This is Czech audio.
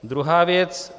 Druhá věc.